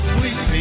Sweet